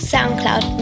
Soundcloud